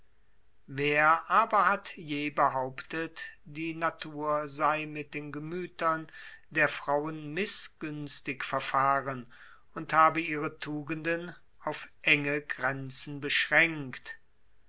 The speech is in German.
wer aber hat je behauptet die natur sei mit den gemüthern der frauen mißgünstig verfahren und habe ihre tugenden auf enge grenzen beschränkt